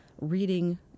reading